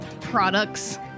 products